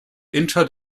intra